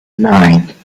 nine